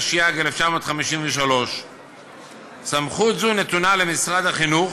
התשי"ג 1953. סמכות זו נתונה למשרד החינוך,